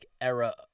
era